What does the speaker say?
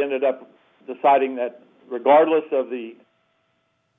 ended up deciding that regardless of the